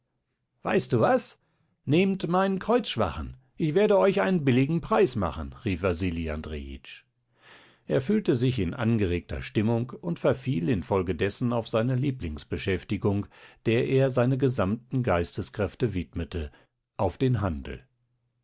weißt du was nehmt meinen kreuzschwachen ich werde euch einen billigen preis machen rief wasili andrejitsch er fühlte sich in angeregter stimmung und verfiel infolge dessen auf seine lieblingsbeschäftigung der er seine gesamten geisteskräfte widmete auf den handel